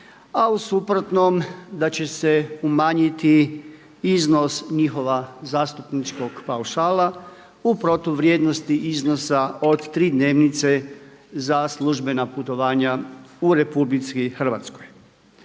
a u suprotnom da će se umanjiti iznos njihova zastupničkog paušala u protuvrijednosti iznosa od 3 dnevnice za službena putovanja u Republici Hrvatskoj.